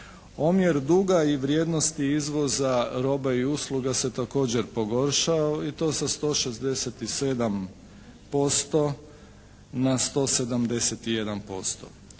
Omjer duga i vrijednosti izvoza roba i usluga se također pogoršao i to sa 167% na 171%.